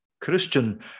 Christian